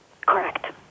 Correct